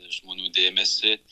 žmonių dėmesį